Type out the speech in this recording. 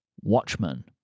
Watchmen